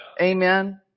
Amen